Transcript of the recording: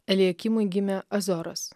eliakimui gimė azoras